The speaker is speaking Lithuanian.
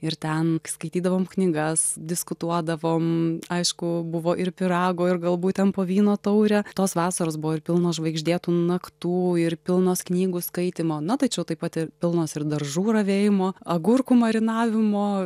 ir ten skaitydavom knygas diskutuodavom aišku buvo ir pyrago ir galbūt ten po vyno taurę tos vasaros buvo ir pilnos žvaigždėtų naktų ir pilnos knygų skaitymo na taičiau taip pat ir pilnos ir daržų ravėjimo agurkų marinavimo